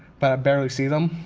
but i barely see them,